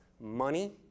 Money